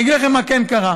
אני אגיד לכם מה כן קרה,